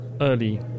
early